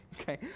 Okay